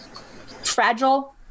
fragile